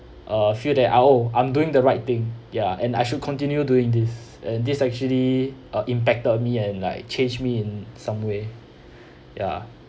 uh feel that I oh I'm doing the right thing ya and I should continue doing this and these actually uh impacted me and like change me in some way ya